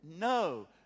No